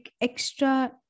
extra